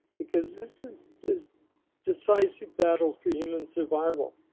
because this is is decisive battle for human survival.